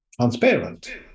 transparent